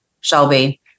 Shelby